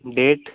date